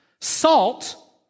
Salt